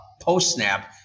post-snap